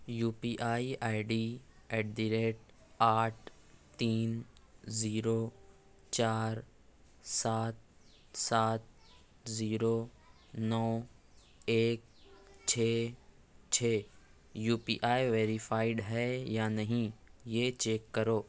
you P I I D at the rate آٹھ تين زيرو چار سات سات زيرو نو ايک چھ چھ یو پی آئی ویریفائڈ ہے یا نہیں یہ چیک کرو